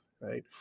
right